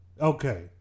okay